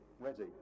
ready